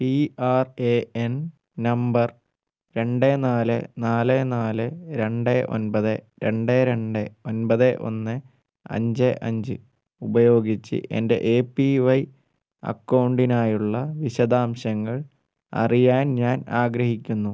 P R A N number രണ്ട് നാല് നാല് നാല് രണ്ട് ഒൻപത് രണ്ട് രണ്ട് ഒൻപത് ഒന്ന് അഞ്ച് അഞ്ച് ഉപയോഗിച്ച് എൻ്റെ എ പി വൈ അക്കൗണ്ടിനായുള്ള വിശദാംശങ്ങൾ അറിയാൻ ഞാൻ ആഗ്രഹിക്കുന്നു